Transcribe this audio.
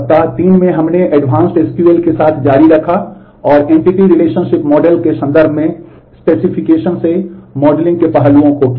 सप्ताह 3 में हमने एडवांस्ड एसक्यूएल से मॉडलिंग के पहलुओं को किया